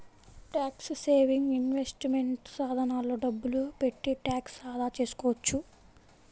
tax saving investment సాధనాల్లో డబ్బులు పెట్టి ట్యాక్స్ ఆదా చేసుకోవచ్చు